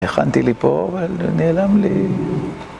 הכנתי לי פה אבל נעלם לי